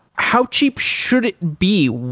how cheap should it be,